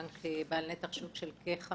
הוא בנק בעל נתח שוק של כ-15%,